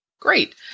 Great